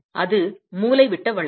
அது மூலைவிட்ட வளைவு